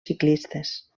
ciclistes